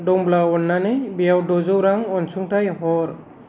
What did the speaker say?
दंब्ला अन्नानै बेयाव द'जौ रां अनसुंथाइ हर